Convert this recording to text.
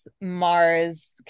mars